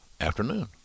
afternoon